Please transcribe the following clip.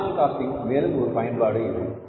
marginal costing இன் மேலும் ஒரு பயன்பாடு இது